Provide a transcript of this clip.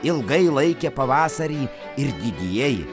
ilgai laikė pavasarį ir didieji